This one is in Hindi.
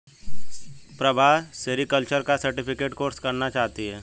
प्रभा सेरीकल्चर का सर्टिफिकेट कोर्स करना चाहती है